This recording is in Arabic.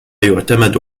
يعتمد